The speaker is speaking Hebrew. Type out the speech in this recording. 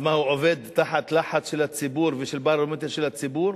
הוא עובד תחת לחץ של הציבור ושל הברומטר של הציבור,